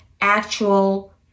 actual